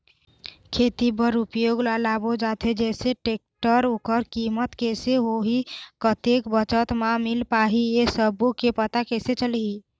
खेती बर उपयोग मा लाबो जाथे जैसे टेक्टर ओकर कीमत कैसे होही कतेक बचत मा मिल पाही ये सब्बो के पता कैसे चलही?